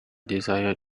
desire